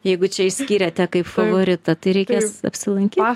jeigu čia išskyrėte kaip favoritą tai reikės apsilankyt